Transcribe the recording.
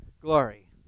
glory